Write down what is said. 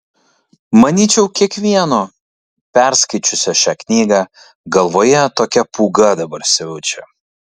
manyčiau kiekvieno perskaičiusio šią knygą galvoje tokia pūga dabar siaučia